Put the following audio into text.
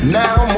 now